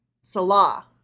Salah